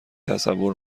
تصور